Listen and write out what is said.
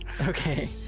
Okay